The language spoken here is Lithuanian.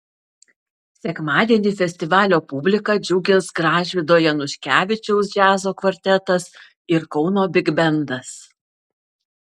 sekmadienį festivalio publiką džiugins gražvydo januškevičiaus džiazo kvartetas ir kauno bigbendas